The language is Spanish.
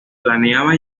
planeaba